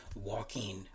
Walking